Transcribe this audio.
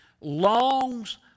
longs